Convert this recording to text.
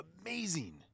amazing